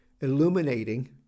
illuminating